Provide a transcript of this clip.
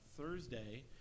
Thursday